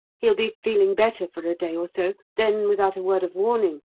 he'll be feeling better for a day or so then, without a word of warning,